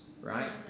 right